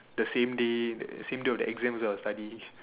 the same day the same day of the exam is our study